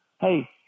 hey